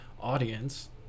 audience